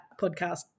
podcast